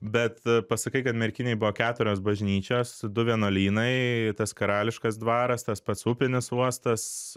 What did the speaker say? bet pasakai kad merkinėj buvo keturios bažnyčios du vienuolynai tas karališkas dvaras tas pats upinis uostas